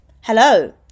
Hello